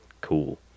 cool